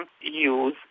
use